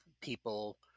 people